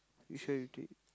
which one you take